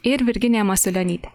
ir virginija masiulionytė